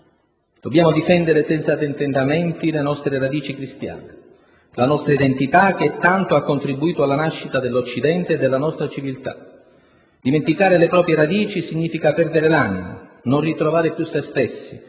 Dobbiamo difendere senza tentennamenti le nostre radici cristiane, la nostra identità che tanto ha contribuito alla nascita dell'Occidente e della nostra civiltà. Dimenticare le proprie radici significa perdere l'anima, non ritrovare più se stessi,